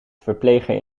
verpleger